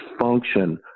function